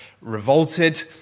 revolted